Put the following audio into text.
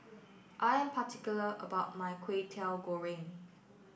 I am particular about my Kway Teow Goreng